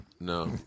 No